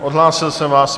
Odhlásil jsem vás.